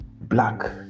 black